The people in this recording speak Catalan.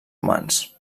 humans